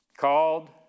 called